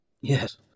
Yes